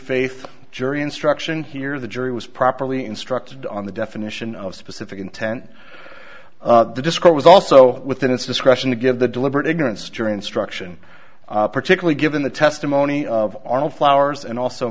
faith jury instruction here the jury was properly instructed on the definition of specific intent the disco was also within its discretion to give the deliberate ignorance jury instruction particularly given the testimony of arnold flowers and also